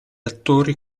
attori